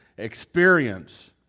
experience